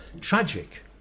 tragic